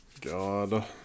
God